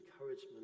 encouragement